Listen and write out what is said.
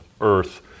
earth